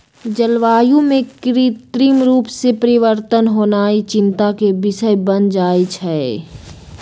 जलवायु में कृत्रिम रूप से परिवर्तन होनाइ चिंता के विषय बन जाइ छइ